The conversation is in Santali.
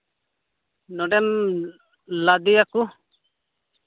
ᱱᱚᱰᱮᱢ ᱞᱟᱫᱮᱭᱟ ᱠᱚ